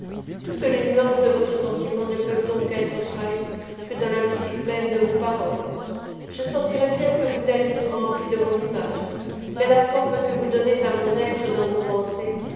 toutes les nuances de votre sentiment ne peuvent donc être trahies que dans la musique même de vos paroles je sentirais bien que vous êtes tout rempli de mon image mais la forme que vous donnez à mon être dans vos pensées